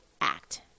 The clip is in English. act